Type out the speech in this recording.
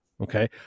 Okay